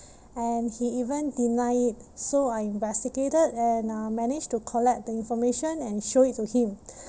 and he even deny it so I investigated and uh managed to collect the information and show it to him